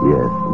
Yes